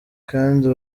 kandi